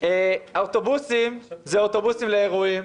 האוטובוסים זה אוטובוסים לאירועים,